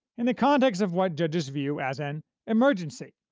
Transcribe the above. in the context of what judges view as an emergency.